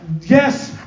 yes